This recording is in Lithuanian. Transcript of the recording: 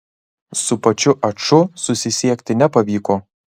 su pačiu aču susisiekti nepavyko